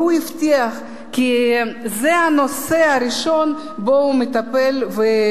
והוא הבטיח כי זה יהיה הנושא הראשון שהוא יטפל בו,